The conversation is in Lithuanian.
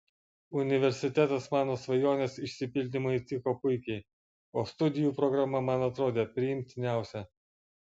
universitetas mano svajonės išsipildymui tiko puikiai o studijų programa man atrodė priimtiniausia